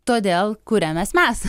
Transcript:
todėl kuriamės mes